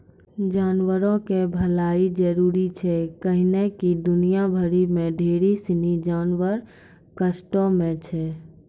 जानवरो के भलाइ जरुरी छै कैहने कि दुनिया भरि मे ढेरी सिनी जानवर कष्टो मे छै